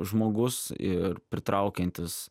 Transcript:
žmogus ir pritraukiantis